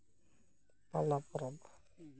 ᱯᱟᱞᱟ ᱯᱚᱨᱚᱵᱽ